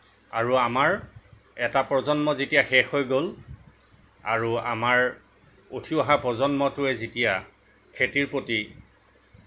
আৰু আমাৰ এটা প্ৰজন্ম যেতিয়া শেষ হৈ গ'ল আৰু আমাৰ উঠি অহা প্ৰজন্মটোৱে যেতিয়া খেতিৰ প্ৰতি